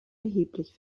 erheblich